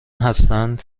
هستند